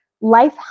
Life